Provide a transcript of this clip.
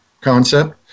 concept